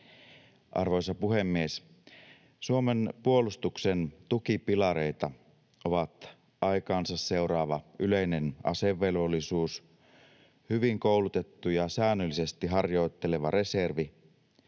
Arvoisa puhemies! Suomen puolustuksen tukipilareita ovat aikaansa seuraava yleinen asevelvollisuus, hyvin koulutettu ja säännöllisesti harjoitteleva reservi,